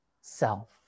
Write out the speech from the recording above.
self